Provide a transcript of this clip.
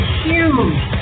huge